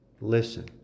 Listen